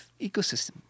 ecosystem